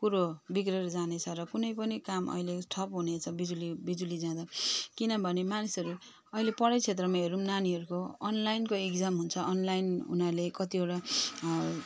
कुरो बिग्रिएर जाने छ र कुनै पनि काम अहिले ठप हुनेछ बिजुली बिजुली जाँदा किनभने मानिसहरू अहिले पढाइ क्षेत्रमा हेरौँ नानीहरूको अनलाइनको एक्जाम हुन्छ अनलाइन उनीहरूले कतिवटा